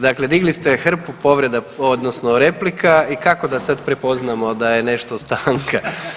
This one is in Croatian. Dakle, digli ste hrpu povreda odnosno replika i kako da sad prepoznamo da je nešto stanka.